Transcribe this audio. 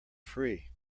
free